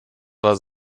war